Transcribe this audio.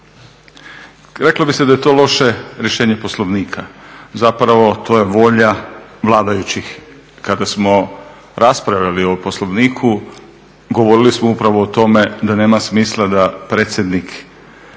Reklo bi se da je to loše rješenje Poslovnika, zapravo to je volja vladajućih. Kada smo raspravljali o Poslovniku govorili smo upravo o tome da nema smisla da predsjednik